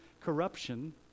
corruption